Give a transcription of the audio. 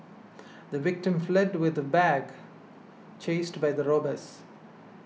the victim fled with the bag chased by the robbers